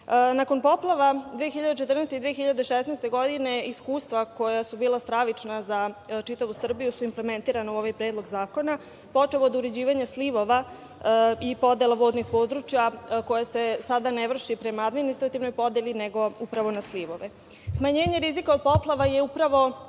poplava 2014. i 2016. godine, iskustva koja su bila stravična za čitavu Srbiju su implementirana u ovaj Predlog zakona, počev od uređivanja slivova i podela vodnih područja, koja se sad ne vrši prema administrativnoj podeli, nego upravo na slivove. Smanjenje rizika od poplava je upravo